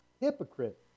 Hypocrite